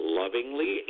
lovingly